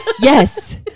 yes